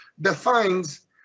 defines